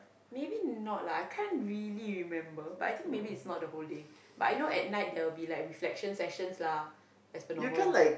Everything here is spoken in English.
maybe not lah I can't really remember but I think maybe is not the whole day but you know at tight there'll be like reflection sessions lah as per normal